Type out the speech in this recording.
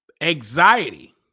Anxiety